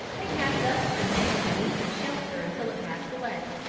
they had but to remain beneath their shelter until it passed away.